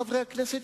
חברי הכנסת,